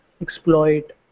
exploit